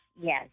yes